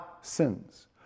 sins